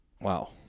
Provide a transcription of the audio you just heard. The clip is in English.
Wow